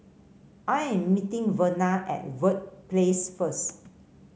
I am meeting Verna at Verde Place first